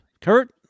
kurt